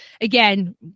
again